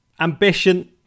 ambition